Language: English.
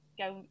go